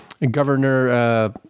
Governor